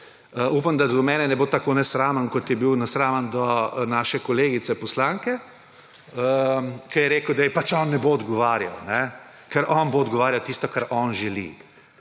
upam da do mene ne bo tako nesramen kot je bil nesramen do naše kolegice poslanke, ki je rekel, da ji pač on ne bo odgovarjal, ker on bo odgovarjal tisto kar on želi.